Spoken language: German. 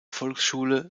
volksschule